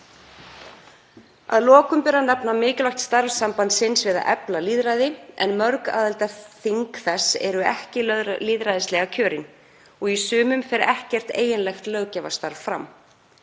Að lokum ber að nefna mikilvægt starf sambandsins við að efla lýðræði en mörg aðildarþing þess eru ekki lýðræðislega kjörin og í sumum fer ekkert eiginlegt löggjafarstarf fram.